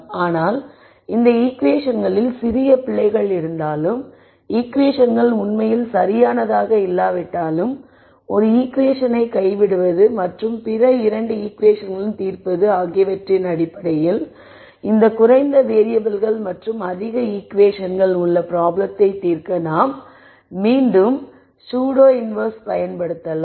ஆனால் இந்த ஈகுவேஷன்களில் சிறிய பிழைகள் இருந்தாலும் ஈகுவேஷன்கள் உண்மையில் சரியானதாக இல்லாவிட்டாலும் ஒரு ஈகுவேஷனை கைவிடுவது மற்றும் பிற 2 ஈகுவேஷன்களுடன் தீர்ப்பது ஆகியவற்றின் அடிப்படையில் இந்த குறைந்த வேறியபிள்கள் மற்றும் அதிக ஈகுவேஷன்கள் உள்ள ப்ராப்ளத்தை தீர்க்க நீங்கள் மீண்டும் ஸுடோ இன்வெர்ஸ் பயன்படுத்தலாம்